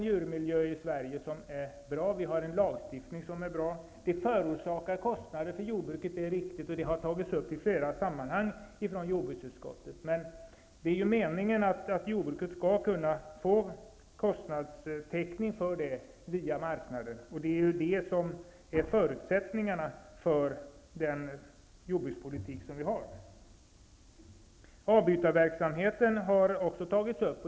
Djurmiljön i Sverige är bra, och vi har en lagstiftning som är bra. Det är riktigt att detta förorsakar kostnader för jordbruket. Den saken har tagits upp av jordbruksutskottet i flera sammanhang. Meningen är ju att jordbruket skall kunna få kostnadstäckning för nya marknader, och det är också förutsättningen för den jordbrukspolitik vi driver. Också avbytarverksamheten har tagits upp.